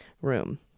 room